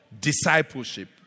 discipleship